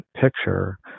picture